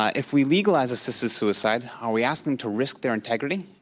ah if we legalize assisted suicide, are we asking to risk their integrity